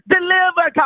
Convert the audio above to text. Deliver